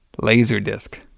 Laserdisc